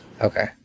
Okay